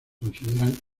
consideran